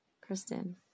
Kristen